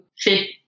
fit